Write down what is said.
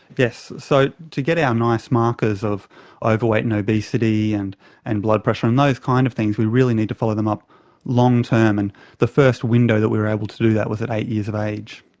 yes. so to get our nice markers of overweight and obesity and and blood pressure and those kind of things we really need to follow them up long-term, and the first window that we were able to do that was at eight years of age.